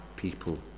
people